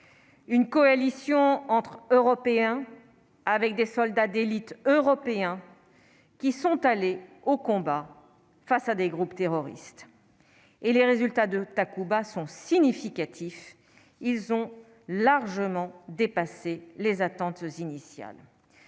une coalition entre Européens, avec des soldats d'élite européens qui sont allés au combat face à des groupes terroristes et les résultats de Takuba sont significatifs, ils ont largement dépassé les attentes initiales